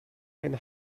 ein